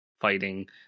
fighting